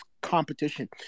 competition